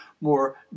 more